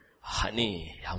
honey